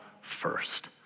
first